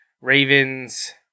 Ravens